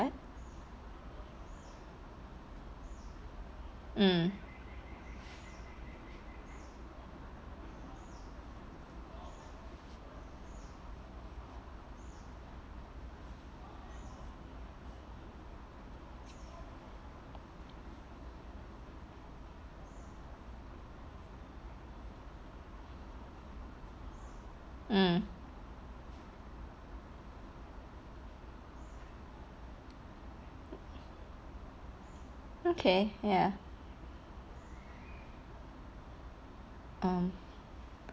mm mm okay ya mm